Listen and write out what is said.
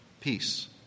peace